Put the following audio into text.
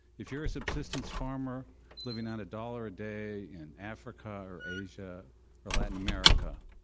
if you're a subsistence farmer living on a dollar a day in africa or asia or latin america,